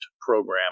program